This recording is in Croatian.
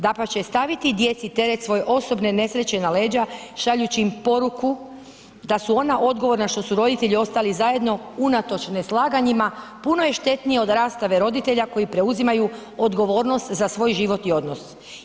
Dapače staviti djeci teret svoje osobne nesreće na leđa šaljući im poruku da su ona odgovorna što su roditelji ostali zajedno unatoč neslaganjima puno je štetnije od rastave roditelja koji preuzimaju odgovornost za svoj život i odnos.